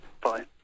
Bye